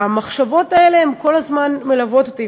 המחשבות האלה כל הזמן מלוות אותי,